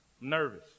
Nervous